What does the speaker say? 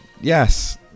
Yes